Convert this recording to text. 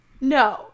No